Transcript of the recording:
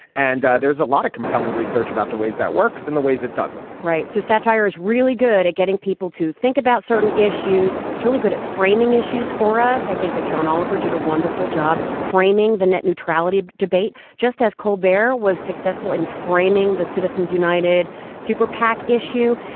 and there's a lot of compelling research about the ways that works in the ways it doesn't right. so satire is really good at getting people to think about certain issues. it's really good at framing issues for us. i think that john oliver did a wonderful job framing the net neutrality debate, just as kolber was successful in framing the citizens united super pac issue.